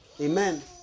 Amen